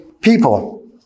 people